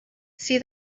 see